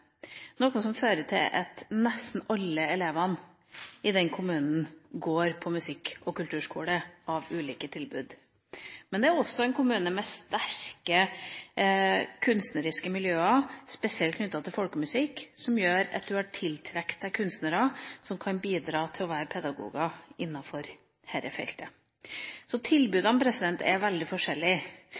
noe som fører til at nesten alle elevene i den kommunen går på musikk- og kulturskole, med ulike tilbud. Men det er også en kommune med sterke kunstneriske miljøer, spesielt knyttet til folkemusikk, som gjør at man har tiltrukket seg kunstnere som kan bidra til å være pedagoger innenfor dette feltet. Så tilbudene er veldig